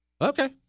Okay